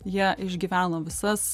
jie išgyveno visas